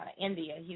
India